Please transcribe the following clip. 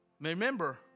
Remember